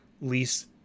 lease